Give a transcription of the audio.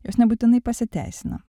jos nebūtinai pasiteisina